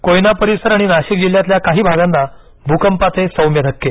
कोयना परिसर आणि नाशिक जिल्ह्यातील काही भागांना भूकंपाचे सौम्य धक्के